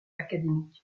académique